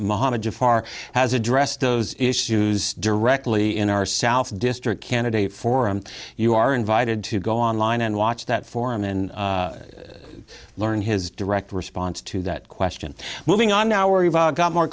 jaffar has addressed those issues directly in our south district candidate forum you are invited to go online and watch that forum and learn his direct response to that question moving on now we've got more